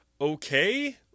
okay